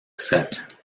set